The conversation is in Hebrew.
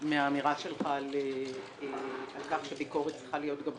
מהאמירה שלך על כך שביקורת צריכה להיות גם חיובית.